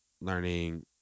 learning